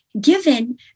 given